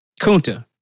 Kunta